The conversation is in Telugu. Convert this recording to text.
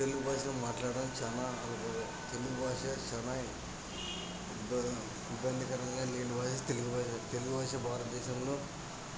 తెలుగు భాషలో మాట్లాడటం చాలా అనుభవం తెలుగు భాష చాలా ఇబ్బందికరంగా లేని వాయిస్ తెలుగు భాష తెలుగు భాష భారతదేశంలో